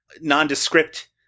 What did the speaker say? nondescript